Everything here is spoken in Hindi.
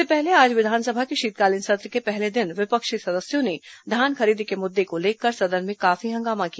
इससे पहले आज विधानसभा के शीतकालीन सत्र के पहले दिन विपक्षी सदस्यों ने धान खरीदी के मुद्दे को लेकर सदन में काफी हंगामा किया